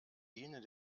ihnen